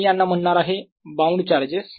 मी यांना म्हणणार आहे बाउंड चार्जेस